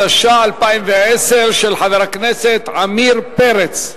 התש"ע 2010, של חבר הכנסת עמיר פרץ.